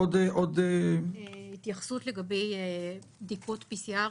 עוד --- התייחסות לגבי בדיקות PCR,